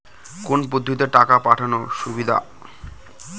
কোন পদ্ধতিতে টাকা পাঠানো সুবিধা?